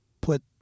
put